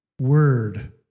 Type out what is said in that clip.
word